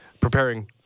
preparing